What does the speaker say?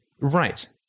right